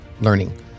learning